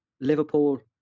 liverpool